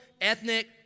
ethnic